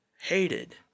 hated